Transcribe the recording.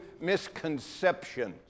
misconceptions